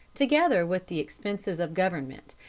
together with the expenses of government,